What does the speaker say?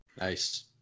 Nice